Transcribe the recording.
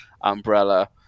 Umbrella